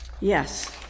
Yes